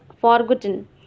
forgotten